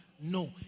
No